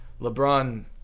LeBron